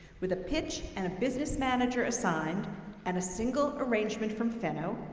with a pitch and a business manager assigned and a single arrangement from feno,